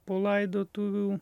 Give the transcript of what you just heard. po laidotuvių